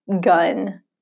gun